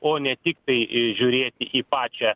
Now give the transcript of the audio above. o ne tiktai i žiūrėti į pačią